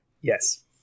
Yes